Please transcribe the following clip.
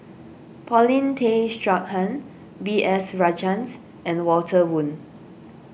Paulin Tay Straughan B S Rajhans and Walter Woon